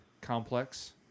complex